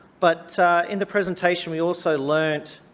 but in the presentation, we also learnt,